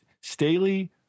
Staley –